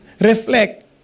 reflect